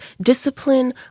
discipline